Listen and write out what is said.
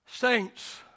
Saints